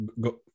go